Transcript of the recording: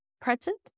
present